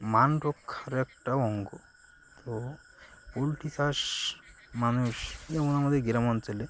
মান রক্ষার একটা অঙ্গ তো পোলট্রি চাষ মানুষ যেমন আমাদের গ্রাম অঞ্চলে